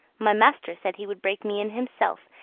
my master said he would break me in himself,